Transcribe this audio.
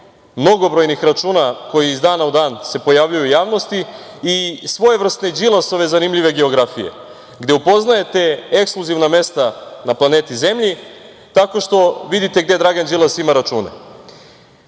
mnogobrojnih računa koji se iz dana u dan pojavljuju u javnosti i svojevrsne Đilasove zanimljive geografije, gde upoznajete ekskluzivna mesta na planeti zemlji tako što vidite gde Dragan Đilas ima